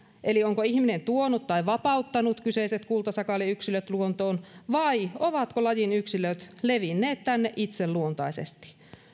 eli onko ihminen tuonut tai vapauttanut kyseiset kultasakaaliyksilöt luontoon vai ovatko lajin yksilöt levinneet tänne itse luontaisesti